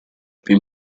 più